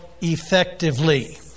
effectively